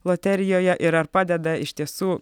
loterijoje ir ar padeda iš tiesų